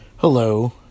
Hello